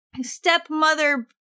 stepmother